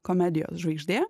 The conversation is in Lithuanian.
komedijos žvaigždė